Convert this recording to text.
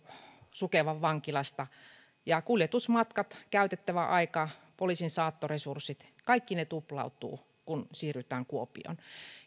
sukevan vankilasta ja kuljetusmatkat käytettävä aika poliisin saattoresurssit kaikki tuplautuvat kun siirrytään kuopioon